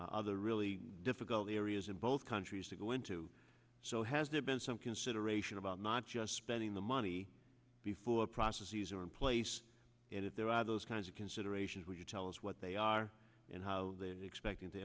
the really difficult areas in both countries to go into so has there been some consideration about not just spending the money before the processes are in place and if there are those kinds of considerations would you tell us what they are and how they're expecting to